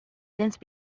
since